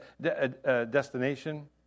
destination